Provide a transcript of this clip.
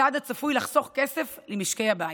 צעד הצפוי לחסוך כסף למשקי הבית.